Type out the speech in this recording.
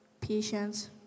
patience